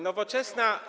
Nowoczesna.